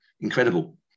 Incredible